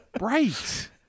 Right